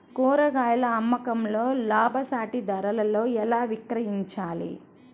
కూరగాయాల అమ్మకంలో లాభసాటి ధరలలో ఎలా విక్రయించాలి?